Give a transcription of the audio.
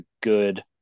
good